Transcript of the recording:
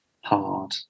hard